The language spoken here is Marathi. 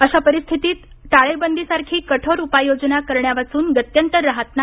अशा परिस्थितीत टाळेबंदीसारखी कठोर उपाययोजना करण्यावाचून गत्यंतर राहत नाही